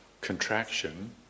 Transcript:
contraction